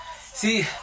See